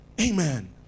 Amen